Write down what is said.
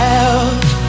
out